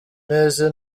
neza